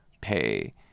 pay